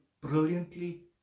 brilliantly